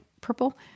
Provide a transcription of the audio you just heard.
purple